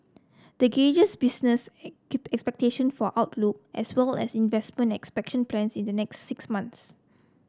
the gauges business expectations for outlook as well as investment and expansion plans in the next six months